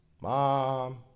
Mom